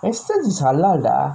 Astons is halal lah